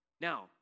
Now